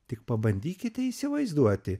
tik pabandykite įsivaizduoti